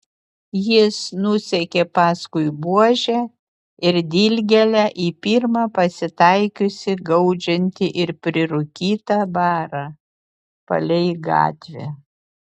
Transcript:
jis nusekė paskui buožę ir dilgėlę į pirmą pasitaikiusį gaudžiantį ir prirūkytą barą palei gatvę